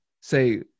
say